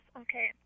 okay